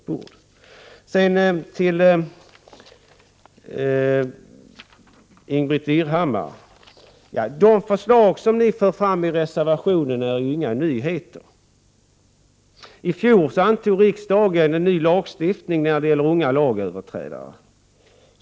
Det förslag som Ingbritt Irhammar m.fl. för fram i reservationen är ju inga nyheter. I fjol antog riksdagen en ny lagstiftning när det gäller unga lagöverträdare.